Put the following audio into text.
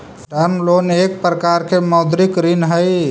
term loan एक प्रकार के मौदृक ऋण हई